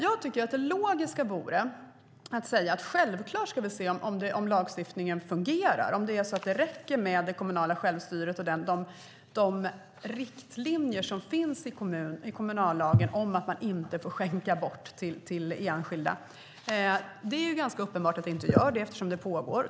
Det logiska vore att säga att vi självklart ska se om lagstiftningen fungerar och det räcker med det kommunala självstyret och de riktlinjer som finns i kommunallagen om att man inte får skänka bort till enskilda. Det är ganska uppenbart att det inte gör det, eftersom det pågår.